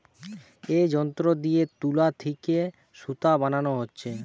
এ যন্ত্র দিয়ে তুলা থিকে সুতা বানানা হচ্ছে